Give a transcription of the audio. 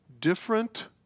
different